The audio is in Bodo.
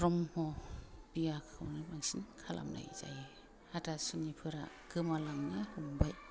ब्रह्म बियाखौनो बांसिन खालामनाय जायो हाथासुनिफोरा गोमालांनो हमबाय